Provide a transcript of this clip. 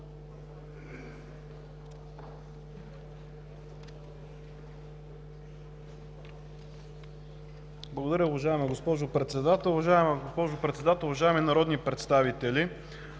Благодаря, госпожо Председател. Уважаема госпожо Председател, уважаеми народни представители!